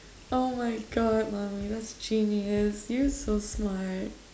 oh my god mommy that's genius you're so smart